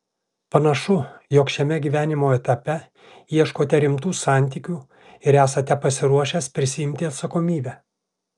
panašu jog šiame gyvenimo etape ieškote rimtų santykių ir esate pasiruošęs prisiimti atsakomybę